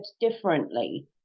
differently